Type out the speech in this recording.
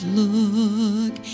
look